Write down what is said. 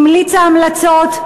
המליצה המלצות,